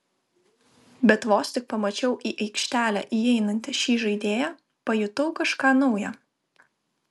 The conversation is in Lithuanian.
bet vos tik pamačiau į aikštelę įeinantį šį žaidėją pajutau kažką nauja